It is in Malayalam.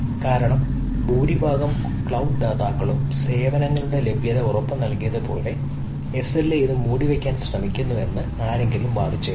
കാരണം ഭൂരിഭാഗം ക്ലൌഡ് ദാതാക്കളും സേവനങ്ങളുടെ ലഭ്യത ഉറപ്പുനൽകിയതുപോലെ SLA ഇത് മൂടിവയ്ക്കാൻ ശ്രമിക്കുന്നുവെന്ന് ആരെങ്കിലും വാദിച്ചേക്കാം